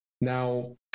Now